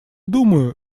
думаю